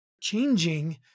changing